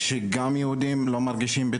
משום שאתה אומר שזה גובל בדיבה.